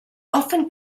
often